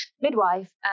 midwife